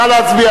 נא להצביע.